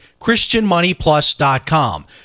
christianmoneyplus.com